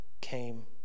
came